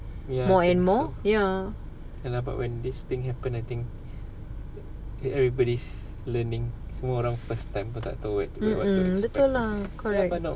more and more ya mm mm betul lah correct